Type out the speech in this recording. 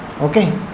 Okay